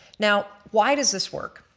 now why does this work?